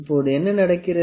இப்போது என்ன நடக்கிறது